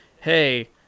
hey